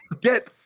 get